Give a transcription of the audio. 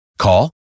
Call